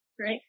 right